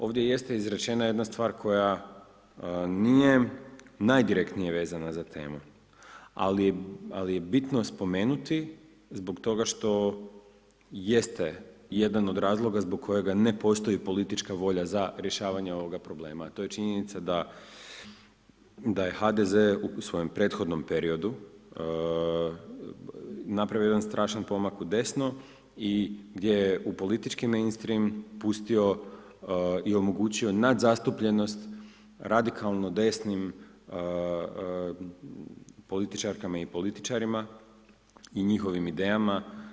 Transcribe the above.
Ovdje jeste izrečena jedna stvar koja nije najdirektnije vezana za temu, ali je bitno spomenuti zbog toga što jeste jedan od razloga zbog kojega ne postoji politička volja za rješavanje ovog problema, a to je činjenica da je HDZ u svojem prethodnom periodu napravio jedan strašan pomak udesno i gdje je u politički mainstream pustio i omogućio nadzastupljenost radikalno desnim političarkama i političarima i njihovim idejama.